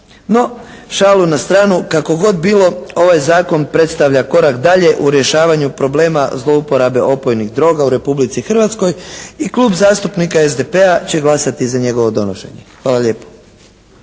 No šalu na stranu. Kako god bilo ovaj zakon predstavlja korak dalje u rješavanju problema zlouporabe opojnih droga u Republici Hrvatskoj. I Klub zastupnika SDP-a će glasati za njegovo donošenje. Hvala lijepo.